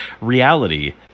Reality